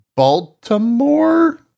Baltimore